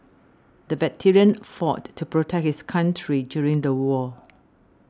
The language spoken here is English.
the veteran fought to protect his country during the war